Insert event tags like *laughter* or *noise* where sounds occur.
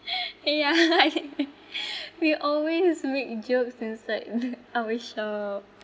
*laughs* ya I agree *laughs* we always make jokes inside *laughs* our shop